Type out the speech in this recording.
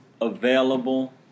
available